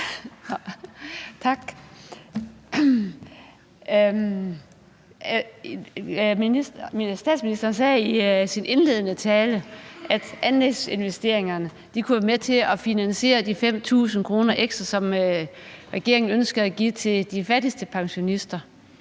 Tak. Statsministeren sagde i sin indledende tale, at anlægsinvesteringerne kunne være med til at finansiere de 5.000 kr. ekstra, som regeringen ønsker at give til de fattigste pensionister.